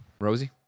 Rosie